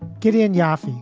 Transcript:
gideon yaphe,